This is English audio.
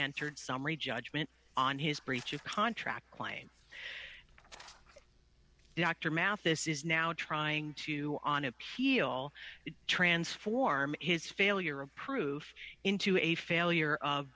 entered summary judgment on his breach of contract claim dr mathis is now trying to on appeal transform his failure of proof into a failure of